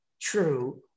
true